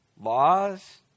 Laws